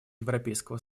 европейского